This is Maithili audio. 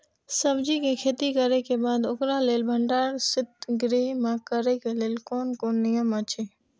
सब्जीके खेती करे के बाद ओकरा लेल भण्डार शित गृह में करे के लेल कोन कोन नियम अछि?